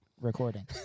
recording